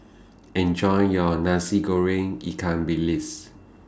Enjoy your Nasi Goreng Ikan Bilis